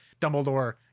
dumbledore